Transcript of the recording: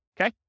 okay